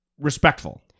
respectful